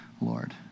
Lord